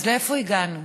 אז לאיפה הגענו?